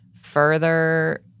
further